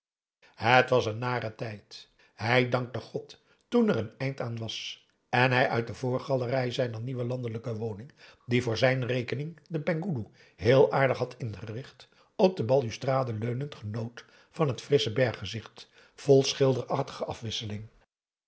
het was een nare tijd hij dankte god toen er een eind aan was en hij uit de voorgalerij zijner nieuwe landelijke woning die voor zijn rekening de penghoeloe heel aardig had ingericht op de balustrade leunend genoot van het frissche berggezicht vol schilderachtige afwisseling